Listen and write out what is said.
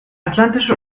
atlantische